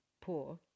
poor